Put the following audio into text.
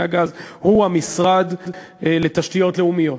הגז המשרד הוא משרד התשתיות הלאומיות.